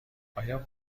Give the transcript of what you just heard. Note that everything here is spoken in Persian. آیا